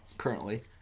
Currently